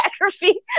atrophy